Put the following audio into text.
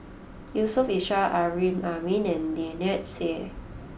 Yusof Ishak Amrin Amin and Lynnette Seah